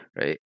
right